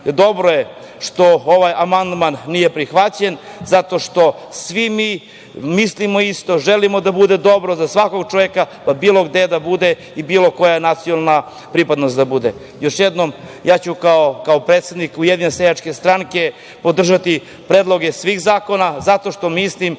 Dobro je što ovaj amandman nije prihvaćen zato što svi mi mislimo isto, želimo da bude dobro za svakog čoveka pa bilo gde da bude i bilo koje nacionalna pripadnost da bude. Još jednom, ja ću kao predsednik Ujedinjene seljačke stranke podržati predloge svih zakona zato što mislim